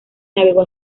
navegó